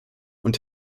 und